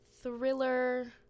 thriller